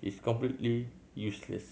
is completely useless